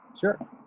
sure